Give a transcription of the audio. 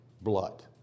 blood